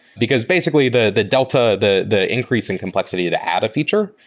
because basically the the delta, the the increase in complexity to add a feature,